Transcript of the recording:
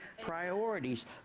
priorities